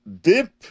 dip